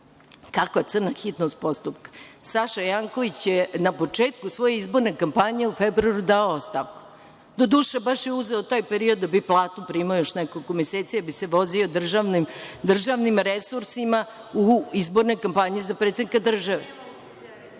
Kakva crna hitnost postupka. Saša Janković je na početku svoje izborne kampanje u februaru dao ostavku. Doduše, baš je uzeo taj period da bi platu primao još nekoliko meseci, jer bi se vozio državnim resursima u izbornoj kampanji za predsednika države